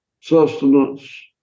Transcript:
sustenance